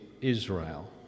Israel